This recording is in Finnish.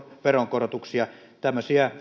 veronkorotuksia tämmöisiä veronkorotuksia